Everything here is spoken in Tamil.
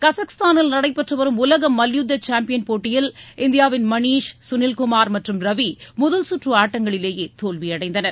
கஜகஸ்தானில் நடைபெற்று வரும் உலக மல்யுத்த சேம்பியன் போட்டியில் இந்தியாவின் மணீஷ் சுனில்குமார் மற்றும் ரவி முதல்சுற்று ஆட்டங்களிலேயே தோல்வி அடைந்தனர்